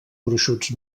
gruixuts